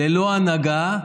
ללא הנהגה,